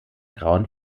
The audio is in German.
grauen